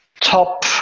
top